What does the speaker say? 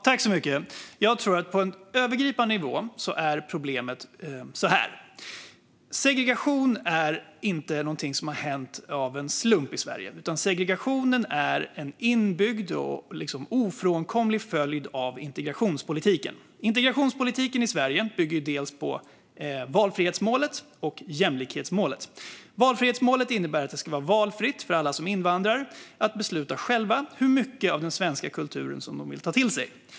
Herr talman! Jag tror att på en övergripande nivå är problemet detta: Segregation är inte någonting som har uppstått av en slump i Sverige, utan segregationen är en inbyggd och ofrånkomlig följd av integrationspolitiken. Integrationspolitiken i Sverige bygger på valfrihetsmålet och jämlikhetsmålet. Valfrihetsmålet innebär att alla som invandrar själva ska besluta hur mycket av den svenska kulturen som de vill ta till sig.